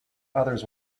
others